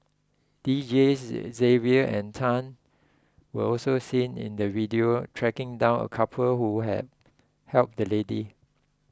Deejays Xavier and Tan were also seen in the video tracking down a couple who had helped the lady